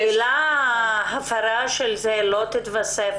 השאלה אם הפרה של זה לא תתווסף